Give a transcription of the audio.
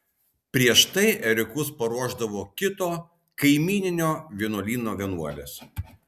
prieš tai ėriukus paruošdavo kito kaimyninio vienuolyno vienuolės